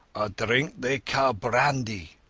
drink they caa brandy.